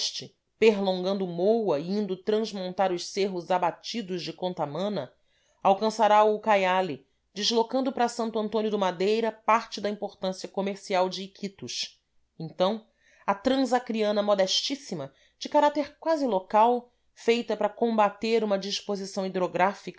o moa e indo transmontar os cerros abatidos de contamana alcançará o ucaiali deslocando para santo antônio do madeira parte da importância comercial de iquitos então a transacriana modestíssima de caráter quase local feita para combater uma disposição